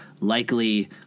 likely